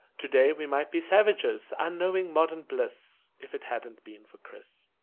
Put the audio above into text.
today we might be savages, unknowing modern bliss, if it hadn't been for chris.